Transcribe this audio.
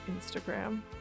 instagram